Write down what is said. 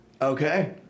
okay